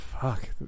fuck